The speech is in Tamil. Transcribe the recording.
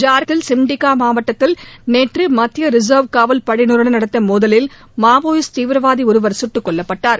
ஜார்க்கண்ட் மாநிலத்தில் சிம்டிகா மாவட்டத்தில் நேற்று மத்திய ரிசர்வ் காவல்படையினருடன் நடந்த மோதலில் மாவோயிஸ்ட் தீவிரவாதி ஒருவர் சுட்டுக் கொல்லப்பட்டார்